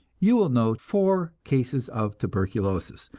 you will note four cases of tuberculosis,